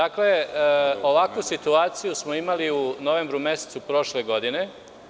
Dakle, ovakvu situaciju smo imali u novembru mesecu prošle godine.